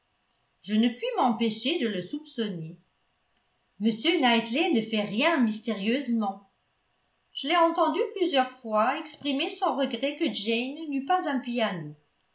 je ne puis m'empêcher de le soupçonner m knightley ne fait rien mystérieusement je l'ai entendu plusieurs fois exprimer son regret que jane n'eût pas un piano